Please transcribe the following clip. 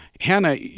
Hannah